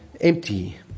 empty